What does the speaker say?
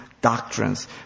doctrines